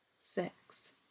six